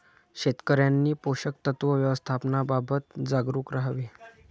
शेतकऱ्यांनी पोषक तत्व व्यवस्थापनाबाबत जागरूक राहावे